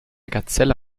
gazelle